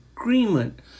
agreement